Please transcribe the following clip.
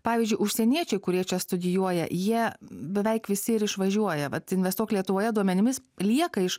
pavyzdžiui užsieniečiai kurie čia studijuoja jie beveik visi ir išvažiuoja vat investuok lietuvoje duomenimis lieka iš